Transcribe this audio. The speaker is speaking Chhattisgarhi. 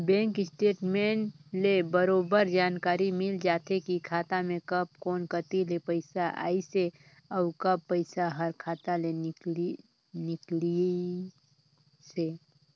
बेंक स्टेटमेंट ले बरोबर जानकारी मिल जाथे की खाता मे कब कोन कति ले पइसा आइसे अउ कब पइसा हर खाता ले निकलिसे